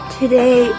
today